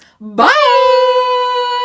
bye